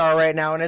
um right now. and